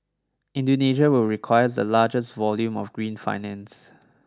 Indonesia will require the largest volume of green finance